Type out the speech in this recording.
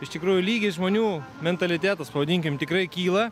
iš tikrųjų lygis žmonių mentalitetas pavadinkim tikrai kyla